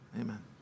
Amen